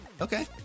Okay